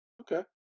okay